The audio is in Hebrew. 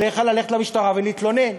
עליך ללכת למשטרה ולהתלונן.